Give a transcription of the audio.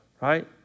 right